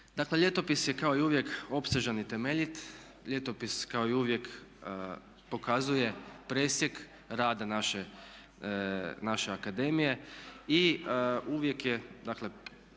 Ljetopis je kao i uvijek opsežan i temeljit. Ljetopis kao i uvijek pokazuje presjek rada naše akademije i uvijek je